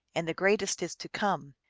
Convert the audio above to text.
and the greatest is to come.